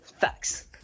Facts